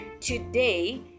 today